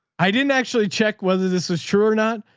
i didn't actually check whether this was true or not,